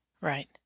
Right